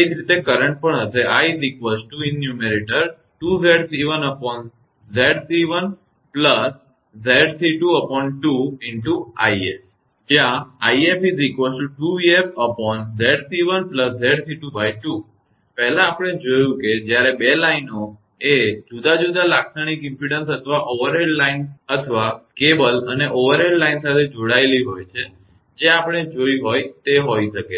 રીતે કરંટ પણ હશે જયાં પહેલાં આપણે જોયું છે કે જ્યારે 2 લાઇનો એ જુદા જુદા લાક્ષણિક ઇમપેડન્સ અથવા ઓવરહેડ લાઇન અથવા કેબલ અને ઓવરહેડ લાઇન સાથે જોડાયેલી હોય છે જે આપણે જોઈ હોય તે હોઈ શકે છે